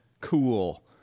cool